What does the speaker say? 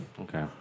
okay